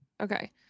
Okay